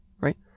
right